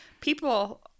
people